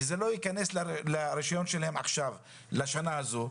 אם לא יאושרו וזה לא ייכנס לרישיון שלהם עכשיו לשנה הזו,